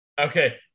Okay